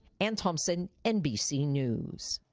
ann thompson, nbc news.